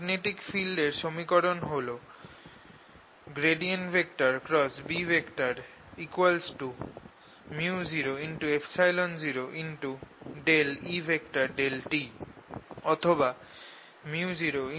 magnetic field এর সমীকরণ হল Bµ00E∂t অথবা µ0jD